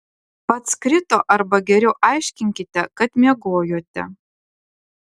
pats krito arba geriau aiškinkite kad miegojote